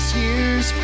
years